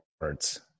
words